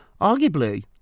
Arguably